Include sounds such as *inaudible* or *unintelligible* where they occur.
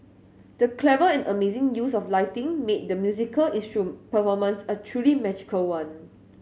the clever and amazing use of lighting made the musical *unintelligible* performance a truly magical one